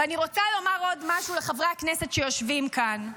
ואני רוצה לומר עוד משהו לחברי הכנסת שיושבים כאן,